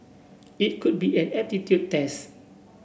it could be an aptitude test